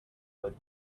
with